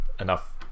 enough